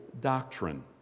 doctrine